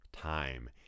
time